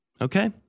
Okay